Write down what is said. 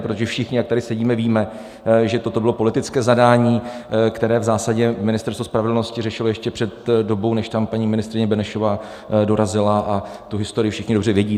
Protože všichni, jak tady sedíme, víme, že toto bylo politické zadání, které v zásadě Ministerstvo spravedlnosti řešilo ještě před dobou, než tam paní ministryně Benešová dorazila, a tu historii všichni dobře vědí.